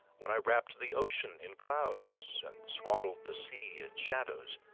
when i wrapped the ocean in clouds and swaddled the sea in shadows?